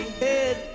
head